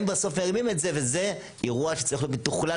הם בסוף מרימים את זה וזה אירוע שצריך להיות מתוכלל,